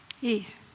yes